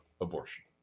abortion